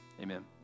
Amen